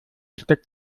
steckt